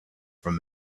from